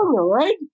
right